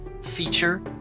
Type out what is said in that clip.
feature